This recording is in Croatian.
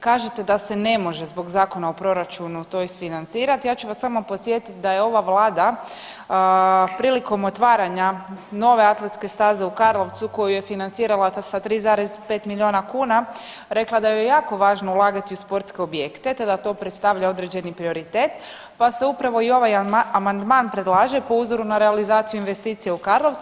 Kažete da se ne može zbog Zakona o proračunu to isfinancirati, ja ću vas samo podsjetit da je ova vlada prilikom otvaranja nove atletske staze u Karlovcu koju je financirala sa 3,5 milijuna kuna rekla da joj je jako važno ulagati u sportske objekte te da to predstavlja određeni prioritet pa se upravo i ovaj amandman predlaže po uzoru na realizaciju investicije u Karlovcu.